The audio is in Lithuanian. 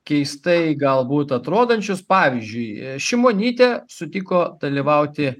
keistai galbūt atrodančius pavyzdžiui šimonytė sutiko dalyvauti